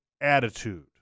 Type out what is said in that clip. attitude